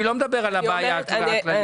אני לא מדבר על הבעיה הכללית.